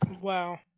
Wow